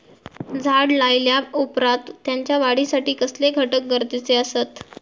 झाड लायल्या ओप्रात त्याच्या वाढीसाठी कसले घटक गरजेचे असत?